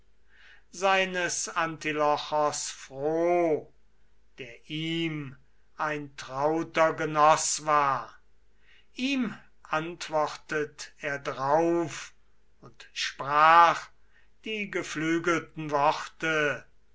seines antilochos froh der ihm ein trauter genoß war ihm antwortet er drauf und sprach die geflügelten worte